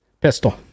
Pistol